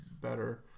better